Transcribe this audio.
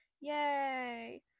Yay